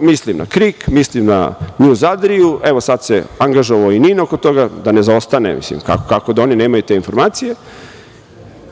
mislim na KRIK, mislim na „Njuz Adriu“, evo sad se angažovao i „NIN“ oko toga, da ne zaostane, mislim, kako da oni nemaju te informacije,